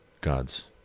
gods